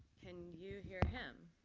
can you hear him?